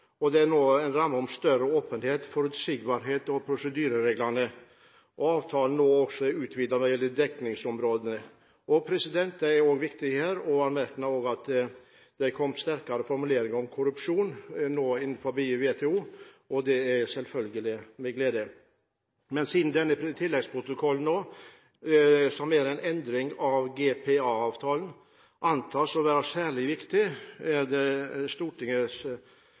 Det er nå en ramme om større åpenhet, forutsigbarhet og prosedyreregler. Avtalen er nå også utvidet når det gjelder dekningsområdene. Det er også viktig å anmerke at det nå har kommet sterkere formuleringer om korrupsjon innen WTO, og det er selvfølgelig gledelig. Siden denne tilleggsprotokollen – som er en endring av GPA-avtalen – antas å være særlig viktig, er det at man må ha Stortingets